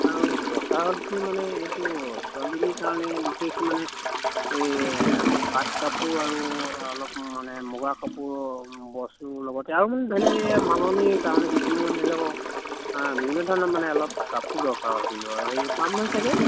আৰু কথা হ'ল কি মানে এইটো ছোৱালীজনীৰ কাৰণে বিশেষ মানে এই পাট কাপোৰ আৰু অলপ মানে মুগা কাপোৰৰ বস্তুৰ লগতে আৰু মানে ধৰি লওক এই মাননীৰ কাৰণে কিছুমান ধৰি লওক বিভিন্ন ধৰণৰ মানে অলপ কাপোৰ দৰকাৰ হৈছিল হেৰি পাম নহয় চাগৈ